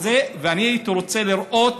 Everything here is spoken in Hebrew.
הייתי רוצה לראות